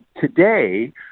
today